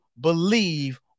believe